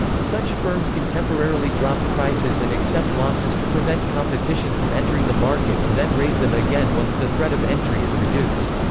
such firms can temporarily drop prices and accept losses to prevent competition from entering the market and then raise them again once the threat of entry is reduced.